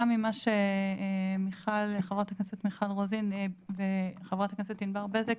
ממה שחברת הכנסת מיכל רוזין וחברת הכנסת ענבר בזק,